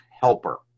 helper